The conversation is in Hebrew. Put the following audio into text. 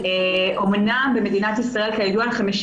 אמנם במדינת ישראל כידוע לכם,